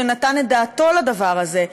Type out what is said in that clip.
שנתן את דעתו לדבר הזה,